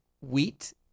Wheat